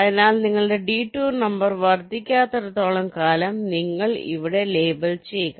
അതിനാൽ നിങ്ങളുടെ detour number വർദ്ധിക്കാത്തിടത്തോളം കാലം നിങ്ങൾ ഇവിടെ ലേബൽ ചെയ്യുക